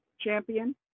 Champion